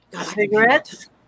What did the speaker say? cigarettes